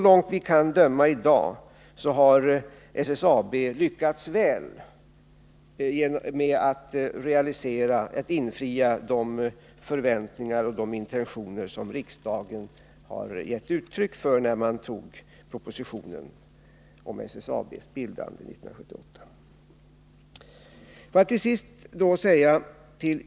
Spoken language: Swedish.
Såvitt vi kan bedöma i dag har SSAB lyckats väl med att förverkliga de förväntningar och intentioner som riksdagen gav uttryck för när man antog propositionen om SSAB:s bildande 1978.